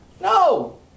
no